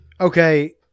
Okay